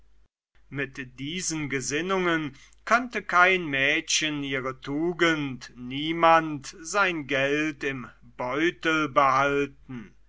mit diesen gesinnungen könnte kein mädchen ihre tugend niemand sein geld im beutel behalten